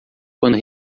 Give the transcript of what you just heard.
quando